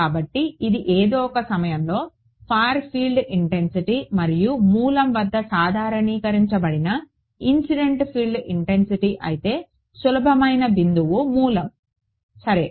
కాబట్టి ఇది ఏదో ఒక సమయంలో ఫార్ ఫీల్డ్ ఇంటెన్సిటీ మరియు మూలం వద్ద సాధారణీకరించబడిన ఇన్సిడెంట్ ఫీల్డ్ ఇంటెన్సిటీ అయితే సులభమయిన బిందువు మూలం సరే